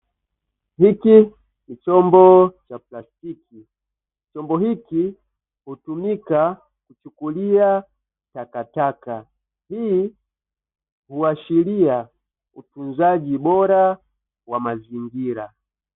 Hichi ni chombo cha plastiki, chombo hichi hutumika kuchukulia takataka, hii huashiria utunzaji bora wa mazingira.